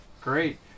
Great